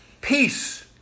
peace